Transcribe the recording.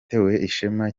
ishema